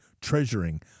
treasuring